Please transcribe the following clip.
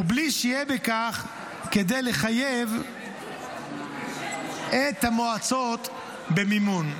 ובלי שיהיה בכך כדי לחייב את המועצות במימון.